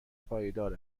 پایدار